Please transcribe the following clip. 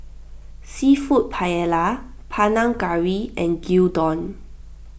Seafood Paella Panang Curry and Gyudon